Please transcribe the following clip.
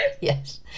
yes